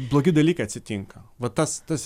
blogi dalykai atsitinka va tas tas